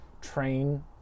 train